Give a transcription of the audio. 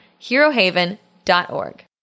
herohaven.org